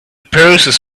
process